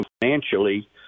financially –